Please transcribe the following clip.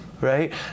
right